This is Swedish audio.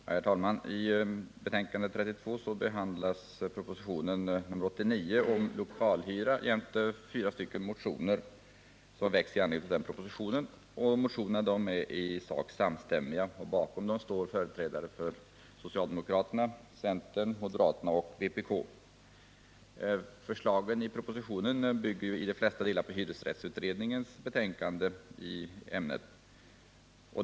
Herr talman! I civilutskottets betänkande nr 32 behandlas propositionen 1978/79:89 om lokalhyra jämte fyra motioner som väckts med anledning av propositionen. Motionerna är i sak samstämmiga. Bakom dem står företrädare för socialdemokraterna, centern, moderaterna och vänsterpartiet kommunisterna. Förslagen i propositionen bygger i de flesta delar på hyresrättsutredningens betänkande i ämnet.